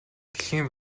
дэлхийн